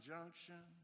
Junction